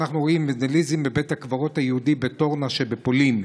אנחנו רואים ונדליזם בבית הקברות היהודי בטרנוב שבפולין,